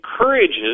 encourages